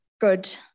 good